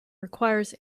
requires